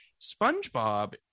spongebob